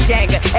Jagger